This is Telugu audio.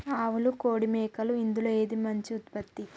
ఆవులు కోడి మేకలు ఇందులో ఏది మంచి ఉత్పత్తి?